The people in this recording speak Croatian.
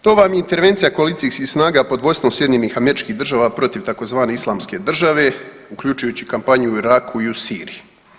To vam je intervencija koalicijskih snaga pod vodstvom SAD-a protiv tzv. Islamske države uključujući kampanju u Iraku i u Siriji.